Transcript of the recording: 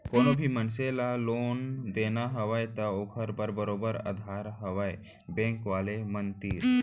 कोनो भी मनसे ल लोन देना हवय त ओखर बर बरोबर अधार हवय बेंक वाले मन तीर